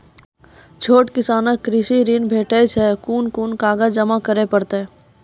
छोट किसानक कृषि ॠण भेटै छै? कून कून कागज जमा करे पड़े छै?